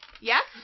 yes